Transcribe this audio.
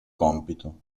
compito